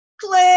click